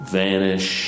vanish